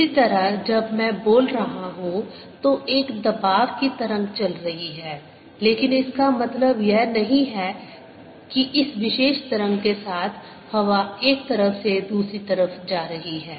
इसी तरह जब मैं बोल रहा हूं तो एक दबाव की तरंग चल रही है लेकिन इसका मतलब यह नहीं है कि इस विशेष तरंग के साथ हवा एक तरफ से दूसरी तरफ जा रही है